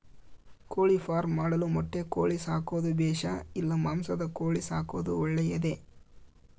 ಕೋಳಿಫಾರ್ಮ್ ಮಾಡಲು ಮೊಟ್ಟೆ ಕೋಳಿ ಸಾಕೋದು ಬೇಷಾ ಇಲ್ಲ ಮಾಂಸದ ಕೋಳಿ ಸಾಕೋದು ಒಳ್ಳೆಯದೇ?